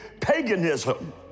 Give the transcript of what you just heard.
paganism